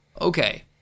Okay